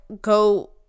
go